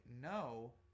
no